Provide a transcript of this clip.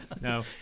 no